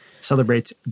celebrates